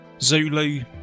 zulu